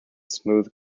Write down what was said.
smooth